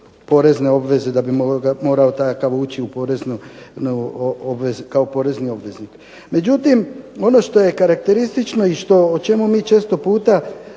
da bi kao takav mogao ući u porezne obveznik. Međutim, ono što je karakteristično i o čemu mi često puta